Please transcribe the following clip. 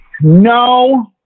No